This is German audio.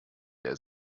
der